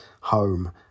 home